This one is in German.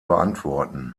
beantworten